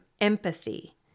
empathy